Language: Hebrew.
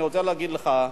אני רוצה להגיד לך.